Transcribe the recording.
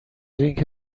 اینکه